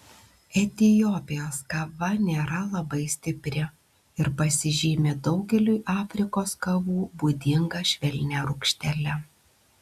etiopijos kava nėra labai stipri ir pasižymi daugeliui afrikos kavų būdinga švelnia rūgštele